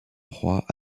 proie